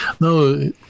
no